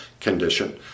condition